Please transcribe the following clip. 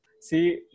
see